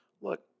look